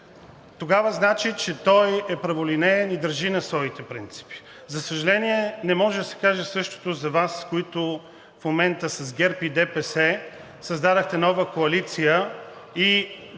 тогава значи, че той е праволинеен и държи на своите принципи. За съжаление, на може да се каже същото за Вас, които в момента с ГЕРБ и ДПС създадохте нова коалиция, и